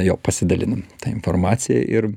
jo pasidalinam ta informacija ir